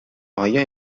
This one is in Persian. آیا